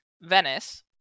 Venice